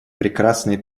прекрасные